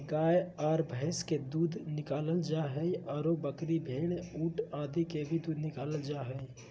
गाय आर भैंस के दूध निकालल जा हई, आरो बकरी, भेड़, ऊंट आदि के भी दूध निकालल जा हई